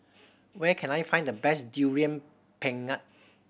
where can I find the best Durian Pengat